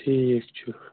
ٹھیٖک چھُ